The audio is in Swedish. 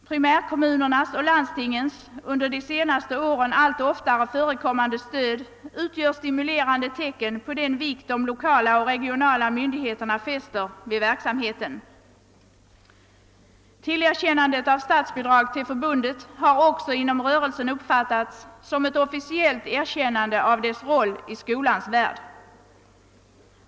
Primärkommunernas och landstingens under de senaste åren allt oftare förekommande stöd utgör stimulerande tecken på den vikt de lokala och regionala myndigheterna fäster vid verksamheten. Tillerkännandet av statsbidrag till förbundet har också inom rörelsen uppfattats som ett officiellt erkännande av dess roll i skolans värld.